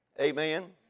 Amen